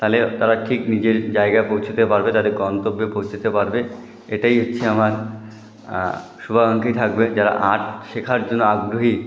তাহলে তারা ঠিক নিজের জায়গায় পৌঁছতে পারবে তাদের গন্ত্যবে পৌঁছতে পারবে এটাই হচ্ছে আমার শুভাকাঙ্খা থাকবে যারা আর্ট শেখার জন্য আগ্রহী